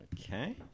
Okay